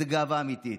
זו גאווה אמיתית.